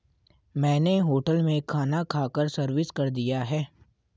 मैंने होटल में खाना खाकर सर्विस कर दिया है